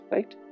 Right